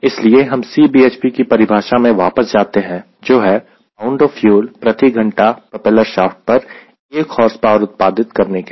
इसलिए हम Cbhp की परिभाषा में वापस जाते हैं जो है पाउंड ऑफ फ्यूल प्रति घंटा प्रोपेलर शाफ्ट पर 1 हॉर्स पावर उत्पादित करने के लिए